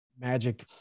magic